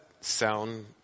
sound